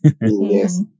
Yes